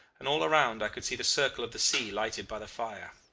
and all around i could see the circle of the sea lighted by the fire.